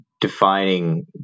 defining